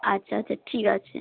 আচ্ছা আচ্ছা ঠিক আছে